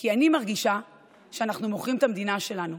כי אני מרגישה שאנחנו מוכרים את המדינה שלנו.